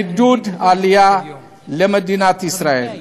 לעידוד עלייה למדינת ישראל,